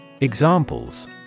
Examples